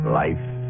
life